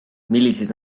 millised